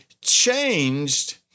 changed